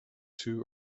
two